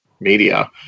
media